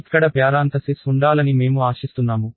ఇక్కడ ప్యారాంథసిస్ ఉండాలని మేము ఆశిస్తున్నాము